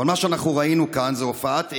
אבל מה שאנחנו ראינו כאן זה הופעת אימים: